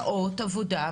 שעות עבודה,